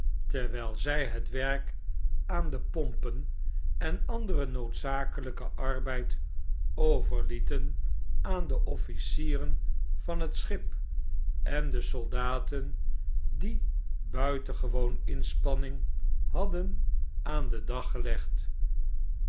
terwjjl zjj het werk aan de pompen en anderen noodzakelpen arbeid overlieten aan de officieren van bet schip en de soldaten die buitengewone inspanning hadden aan den dag gelegd